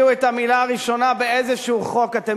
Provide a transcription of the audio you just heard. כאשר תביאו את המלה הראשונה באיזה חוק אתם